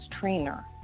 trainer